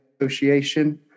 Association